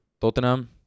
Tottenham